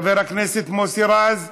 חבר הכנסת מוסי רז,